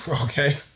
okay